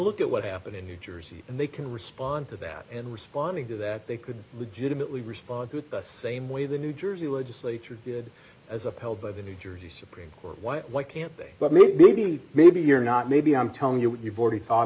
look at what happened in new jersey and they can respond to that and responding to that they could legitimately respond to it same way the new jersey legislature did as upheld by the new jersey supreme court white why can't they but maybe maybe you're not maybe i'm telling you what you've already thought